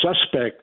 suspect